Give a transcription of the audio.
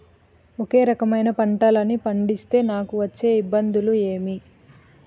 ఒకే రకమైన పంటలని పండిస్తే నాకు వచ్చే ఇబ్బందులు ఏమి?